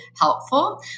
helpful